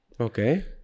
Okay